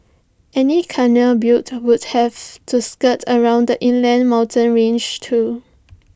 any canal built would have to skirt around the inland mountain ranges too